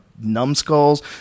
numbskulls